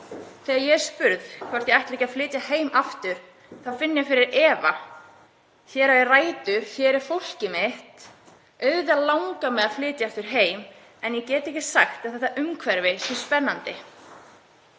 Þegar ég er spurð hvort ég ætli ekki að flytja heim aftur finn ég fyrir efa. Hér á ég rætur, hér er fólkið mitt og auðvitað langar mig að flytja aftur heim en ég get ekki sagt að þetta umhverfi sé spennandi